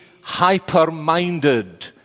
hyper-minded